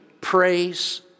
praise